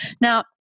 Now